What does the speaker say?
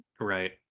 Right